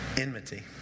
enmity